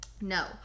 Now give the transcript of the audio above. No